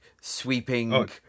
sweeping